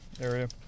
area